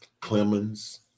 Clemens